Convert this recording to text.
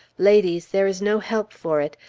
ladies, there is no help for it!